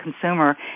consumer